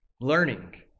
learning